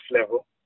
level